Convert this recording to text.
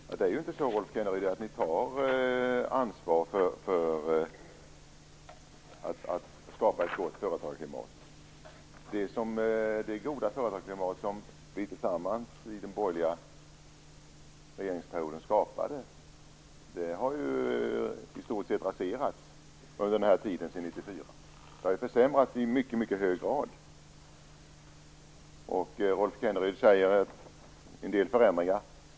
Fru talman! Det är inte så, Rolf Kenneryd, att ni tar ansvar för att skapa ett gott företagarklimat. Det goda företagsklimat som vi tillsammans skapade under den borgerliga regeringsperioden har i stort sett raserats sedan 1994. Det har försämrats i mycket hög grad. Rolf Kenneryd talar om en del förändringar.